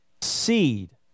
seed